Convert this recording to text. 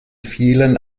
vielen